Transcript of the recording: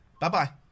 Bye-bye